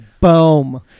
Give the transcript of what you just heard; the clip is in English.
Boom